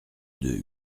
deux